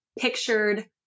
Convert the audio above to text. pictured